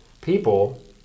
people